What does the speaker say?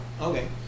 Okay